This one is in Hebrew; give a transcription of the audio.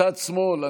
מצד שמאל,